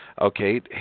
okay